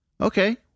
Okay